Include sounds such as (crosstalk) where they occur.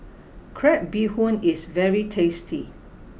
(noise) Crab Bee Hoon is very tasty